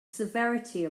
severity